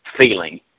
feeling